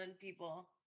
people